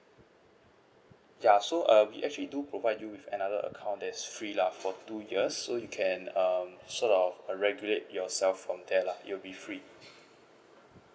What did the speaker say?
ya so uh we actually do provide you with another account that is free lah for two years so you can um sort of uh regulate yourself from there lah it will be free